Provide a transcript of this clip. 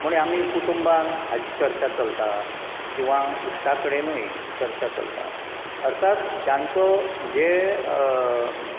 म्हण आमी कुटूंबान हाची चर्चा चलता किंवा इश्टा कडेनूय चर्चा चलता अर्थात जांचो जे